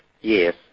Yes